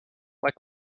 like